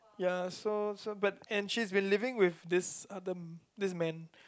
ya so so but and she is living with this other this man